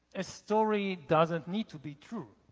a story doesn't need to be true,